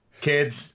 Kids